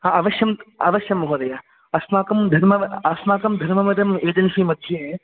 अवश्यम् अवश्यं महोदय अस्माकं धर्मव अस्माकं धर्मवरम् एजेन्सिमध्ये